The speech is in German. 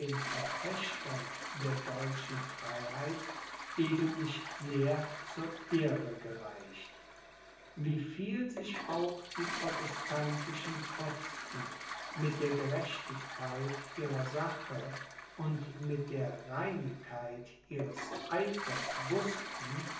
verfechtern der deutschen freiheit eben nicht sehr zur ehre gereicht wie viel sich auch die protestantischen fürsten mit der gerechtigkeit ihrer sache und mit der reinigkeit ihres eifers wußten